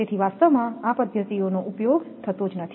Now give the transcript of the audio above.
તેથી વાસ્તવમાં આ પદ્ધતિઓનો ઉપયોગ થતો નથી